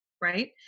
right